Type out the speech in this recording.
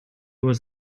was